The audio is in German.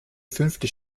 fünfte